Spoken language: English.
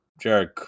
Jared